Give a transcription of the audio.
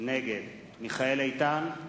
נגד מיכאל איתן,